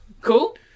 Cool